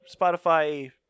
Spotify